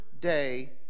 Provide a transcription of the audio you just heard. day